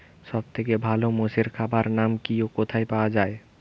সব থেকে ভালো মোষের খাবার নাম কি ও কোথায় পাওয়া যায়?